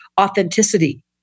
authenticity